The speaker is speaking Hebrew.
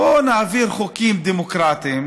בואו נעביר חוקים דמוקרטיים,